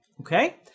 Okay